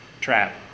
trap